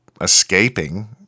escaping